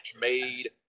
made